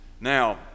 Now